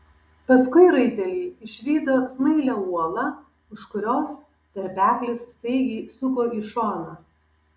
paskui raiteliai išvydo smailią uolą už kurios tarpeklis staigiai suko į šoną